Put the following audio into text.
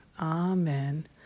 Amen